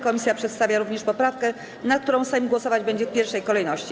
Komisja przedstawia również poprawkę, nad którą Sejm głosować będzie w pierwszej kolejności.